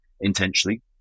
intentionally